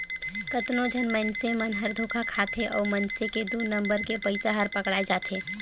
कतनो झन मइनसे मन हर धोखा खाथे अउ मइनसे के दु नंबर के पइसा हर पकड़ाए जाथे